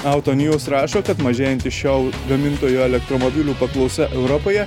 auto nius rašo kad mažėjanti šio gamintojo elektromobilių paklausa europoje